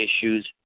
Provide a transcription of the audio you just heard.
issues